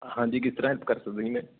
ਹਾਂਜੀ ਕਿਸ ਤਰ੍ਹਾਂ ਹੈਲਪ ਕਰ ਸਕਦਾ ਜੀ ਮੈਂ